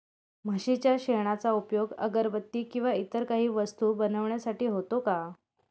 म्हशीच्या शेणाचा उपयोग अगरबत्ती किंवा इतर काही वस्तू बनविण्यासाठी होतो का?